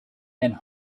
and